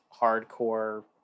hardcore